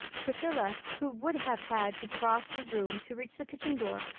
priscilla, who would have had to cross the room to reach the kitchen door,